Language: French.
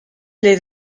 les